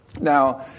Now